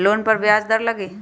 Loan पर ब्याज दर लगी?